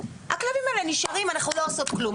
הכלבים האלה נשארים ואנחנו לא עושות כלום.